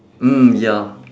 mm ya